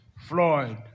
Floyd